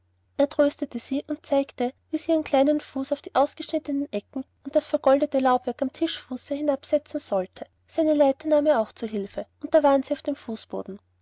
er tröstete sie und zeigte wie sie ihren kleinen fuß auf die ausgeschnittenen ecken und das vergoldete laubwerk am tischfuße hinabsetzen sollte seine leiter nahm er auch zu hilfe und da waren sie auf dem fußboden